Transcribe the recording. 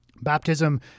Baptism